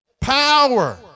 Power